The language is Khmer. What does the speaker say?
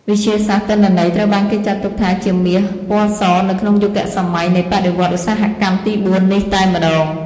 វិទ្យាសាស្ត្រទិន្នន័យត្រូវបានគេចាត់ទុកថាជាមាសពណ៌សនៅក្នុងយុគសម័យនៃបដិវត្តន៍ឧស្សាហកម្មទីបួននេះតែម្តង។